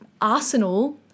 arsenal